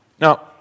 Now